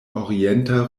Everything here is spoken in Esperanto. orienta